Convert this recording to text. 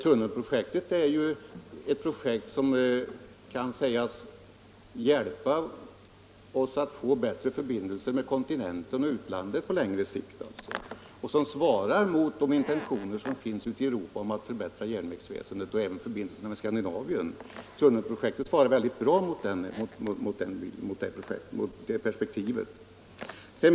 Tunnelprojektet kan sägas hjälpa oss att få bättre förbindelser med kontinenten och utlandet på längre sikt. Det svarar mot de intentioner som finns ute i Europa att förbättra järnvägsväsendet — även förbindelserna med Skandinavien. Tunnelprojektet stämmer mycket bra in i det perspektivet.